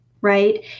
right